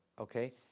Okay